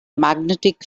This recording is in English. magnetic